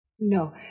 No